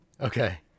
Okay